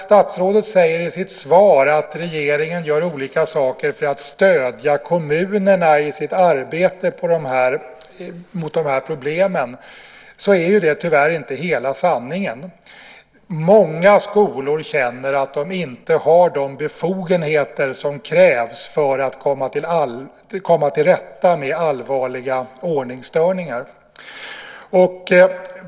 Statsrådet säger i sitt svar att regeringen gör olika saker för att stödja kommunerna i deras arbete för att komma till rätta med dessa problem. Men det är tyvärr inte hela sanningen. På många skolor känner man att man inte har de befogenheter som krävs för att hantera allvarliga ordningsstörningar.